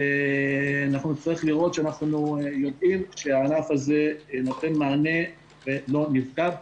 שאנחנו נצטרך לראות שהענף הזה נותן מענה ולא נפגע.